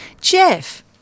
Jeff